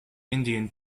indian